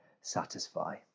satisfy